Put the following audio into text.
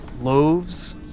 loaves